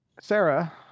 Sarah